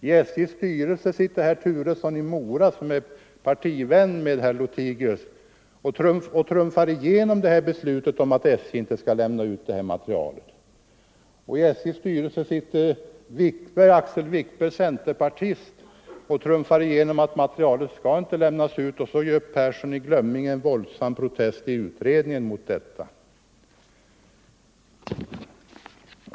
I SJ:s styrelse sitter samtidigt herr Turesson i Mora, som är partivän till herr Lothigius, och trumfar igenom beslutet om att SJ inte skall lämna ut materialet. I SJ:s styrelse sitter vidare Axel Wikberg, centerpartist, och trumfar igenom att materialet inte skall lämnas ut, och då protesterar herr Börjesson i Glömminge våldsamt mot detta i utredningen.